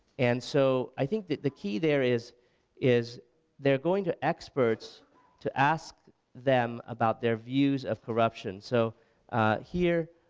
and so i think that the key there is is they're going to experts to ask them about their views of corruption, so here,